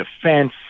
defense